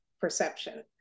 perception